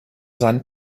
seinen